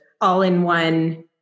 all-in-one